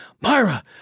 Myra